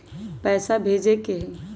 पैसा भेजे के हाइ?